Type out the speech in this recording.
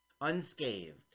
Unscathed